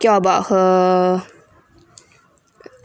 insecure about her